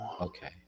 Okay